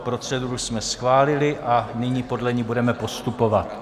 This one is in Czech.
Proceduru jsme schválili a nyní podle ní budeme postupovat.